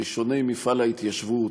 על ראשוני מפעל ההתיישבות,